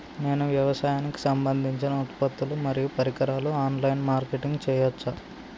నేను వ్యవసాయానికి సంబంధించిన ఉత్పత్తులు మరియు పరికరాలు ఆన్ లైన్ మార్కెటింగ్ చేయచ్చా?